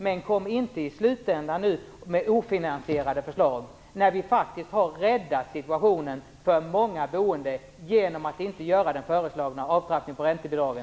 Men kom inte med ofinansierade förslag i slutändan när vi nu faktiskt har räddat situationen för många boende genom att inte genomföra den föreslagna nedtrappningen av räntebidragen.